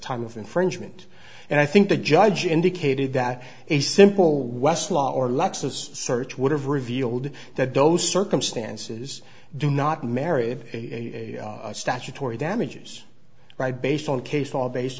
time of infringement and i think the judge indicated that a simple westlaw or lexus search would have revealed that those circumstances do not married in a statutory damages right based on case law based